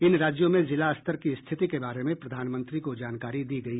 इन राज्यों में जिला स्तर की स्थिति के बारे में प्रधानमंत्री को जानकारी दी गई